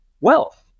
wealth